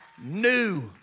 new